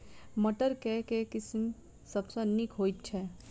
मटर केँ के किसिम सबसँ नीक होइ छै?